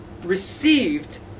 received